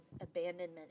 abandonment